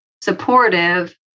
supportive